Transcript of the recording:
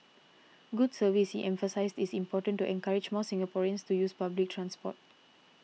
good service he emphasised is important to encourage more Singaporeans to use public transport